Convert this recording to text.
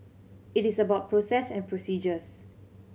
it is about process and procedures